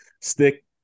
Stick